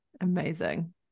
Amazing